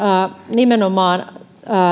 nimenomaan